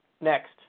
Next